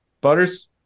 butters